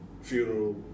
funeral